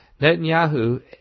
Netanyahu